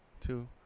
two